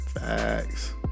Facts